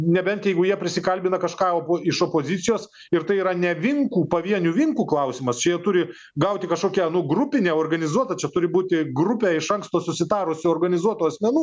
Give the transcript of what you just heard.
nebent jeigu jie prisikalbina kažką opo iš opozicijos ir tai yra ne vinkų pavienių vinkų klausimas čia jie turi gauti kažkokią nu grupinę organizuotą čia turi būti grupė iš anksto susitarusių organizuotų asmenų